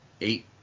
Eight